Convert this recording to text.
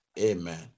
Amen